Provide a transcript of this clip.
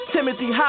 Timothy